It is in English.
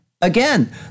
Again